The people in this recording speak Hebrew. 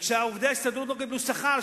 וכשעובדי ההסתדרות לא קיבלו שכר,